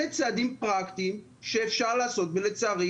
אלה צעדים פרקטיים שאפשר לעשות ולצערי